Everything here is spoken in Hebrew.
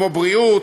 כמו בריאות,